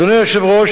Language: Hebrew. אדוני היושב-ראש,